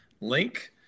link